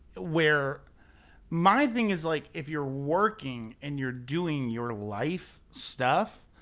where my thing is like, if you're working and you're doing your life stuff,